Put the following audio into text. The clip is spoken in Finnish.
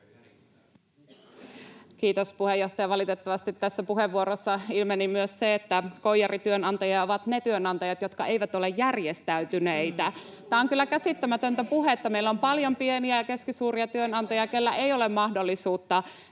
Kiitos puheenjohtaja! Valitettavasti tässä puheenvuorossa ilmeni myös se, että koijarityönantajia ovat ne työnantajat, jotka eivät ole järjestäytyneitä. [Miko Bergbom: Käsittämätöntä!] Tämä on kyllä käsittämätöntä puhetta. Meillä on paljon pieniä ja keskisuuria työnantajia, joilla ei ole mahdollisuutta